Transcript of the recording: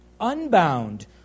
unbound